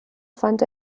fand